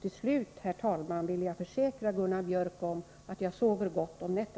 Till slut, herr talman, vill jag försäkra Gunnar Biörck att jag sover gott om nätterna.